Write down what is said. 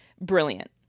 brilliant